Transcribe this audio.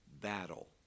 battle